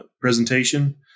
presentation